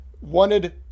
wanted